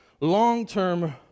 long-term